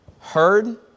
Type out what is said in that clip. Heard